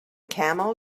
camel